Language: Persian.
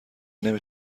نمی